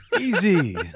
Easy